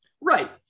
Right